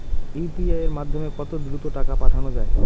UPI এর মাধ্যমে কত দ্রুত টাকা পাঠানো যায়?